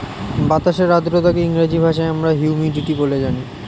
বাতাসের আর্দ্রতাকে ইংরেজি ভাষায় আমরা হিউমিডিটি বলে জানি